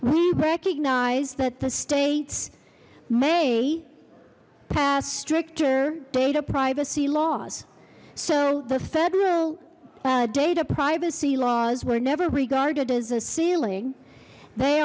we recognize that the states may pass stricter data privacy laws so the federal data privacy laws were never regarded as a ceiling they